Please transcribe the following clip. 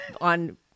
on